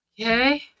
Okay